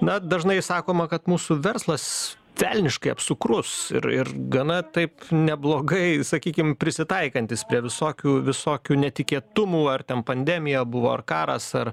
na dažnai sakoma kad mūsų verslas velniškai apsukrus ir ir gana taip neblogai sakykim prisitaikantis prie visokių visokių netikėtumų ar ten pandemija buvo ar karas ar